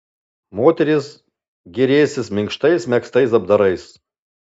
moterys gėrėsis minkštais megztais apdarais